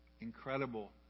incredible